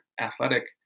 athletic